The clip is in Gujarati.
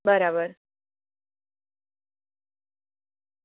બરાબર